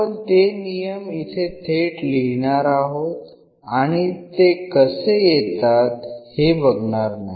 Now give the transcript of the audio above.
आपण ते नियम इथे थेट लिहिणार आहोत आणि ते कसे येतात हे बघणार नाही